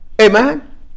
Amen